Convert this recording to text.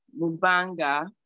Mubanga